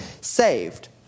saved